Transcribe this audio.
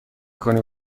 کنی